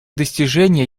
достижения